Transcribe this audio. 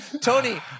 Tony